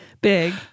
big